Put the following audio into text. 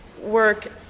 work